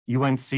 UNC